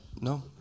No